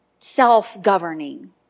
Self-governing